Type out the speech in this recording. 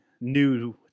new